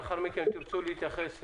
לאחר מכן, תרצו להתייחס,